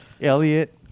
Elliot